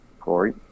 Corey